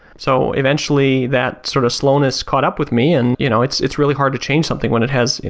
so eventually that sort of slowness caught up with me and you know, it's it's really hard to change something when it has you